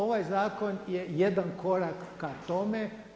Ovaj zakon je jedan korak ka tome.